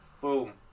Boom